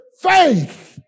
faith